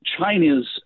China's